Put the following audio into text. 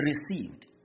received